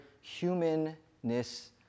humanness